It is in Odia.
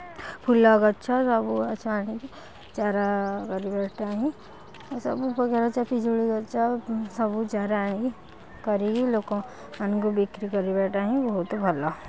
ଫୁଲ ଗଛ ସବୁ ଗଛ ଆଣିକି ଚାରା କରିବାଟା ହିଁ ସବୁପ୍ରକାର ଗଛ ପିଜୁଳି ଗଛ ସବୁଚାରା ଆଣି କରିକି ଲୋକମାନଙ୍କୁ ବିକ୍ରି କରିବାଟା ହିଁ ବହୁତ ଭଲ